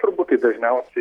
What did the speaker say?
turbūt tai dažniausiai